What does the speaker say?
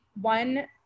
one